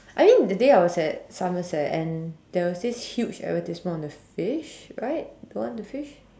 I think that day I was at Somerset and there was this huge advertisement on the fish right the one on the fish